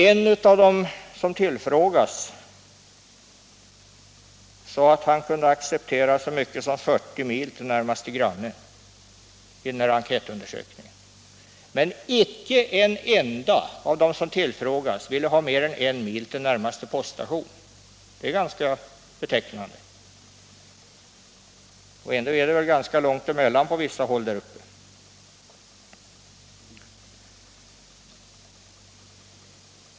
En av de tillfrågade sade i enkätundersökningen att han kunde acceptera så mycket som 40 mil till närmaste granne. Men icke en enda av dem som tillfrågades ville ha mer än en mil till närmaste poststation, vilket är ganska betecknande — ändå är det väl på vissa håll ganska långt emellan dessa där uppe.